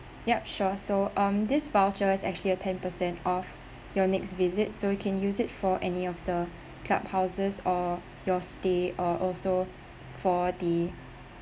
yup sure so um this voucher is actually a ten percent off your next visit so you can use it for any of the clubhouses or your stay or also for the